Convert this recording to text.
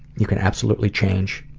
you can absolutely change.